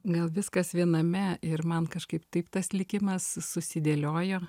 gal viskas viename ir man kažkaip taip tas likimas susidėliojo